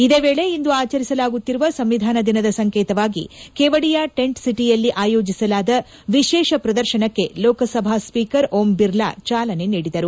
ಇದೇ ವೇಳೆ ಇಂದು ಆಚರಿಸಲಾಗುತ್ತಿರುವ ಸಂವಿಧಾನ ದಿನದ ಸಂಕೇತವಾಗಿ ಕೇವಡಿಯಾ ಟೆಂಟ್ ಸಿಟಿಯಲ್ಲಿ ಆಯೋಜಿಸಲಾದ ವಿಶೇಷ ಪ್ರದರ್ಕನಕ್ಕೆ ಲೋಕ ಸಭಾ ಸ್ವೀಕರ್ ಓಮ್ ಬಿರ್ಲಾ ಚಾಲನೆ ನೀಡಿದರು